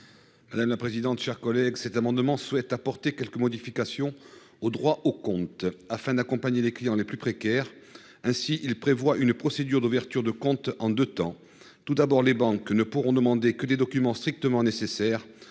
la la présidente chers collègues cet amendement souhaite apporter quelques modifications au droit au compte. Afin d'accompagner les clients les plus précaires. Ainsi, il prévoit une procédure d'ouverture de compte en 2 temps. Tout d'abord, les banques ne pourront demander que des documents strictement nécessaire